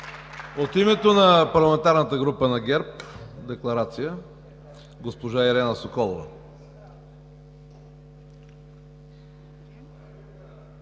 От името на Парламентарната група на ГЕРБ – декларация. Госпожа Ирена Соколова.